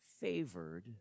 favored